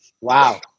Wow